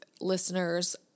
listeners